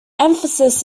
emphasis